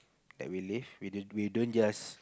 that we live we didn't we don't just